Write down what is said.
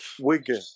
Wigan